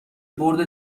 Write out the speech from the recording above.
برد